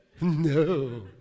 No